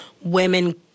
women